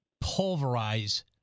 pulverize